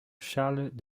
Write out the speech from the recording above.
charles